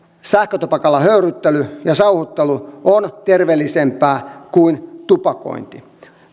sähkötupakalla höyryttely ja sauhuttelu on terveellisempää kuin tupakointi